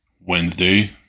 Wednesday